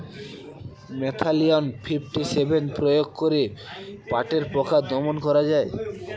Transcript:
Malathion fifty seven প্রয়োগ করে পাটের পোকা দমন করা যায়?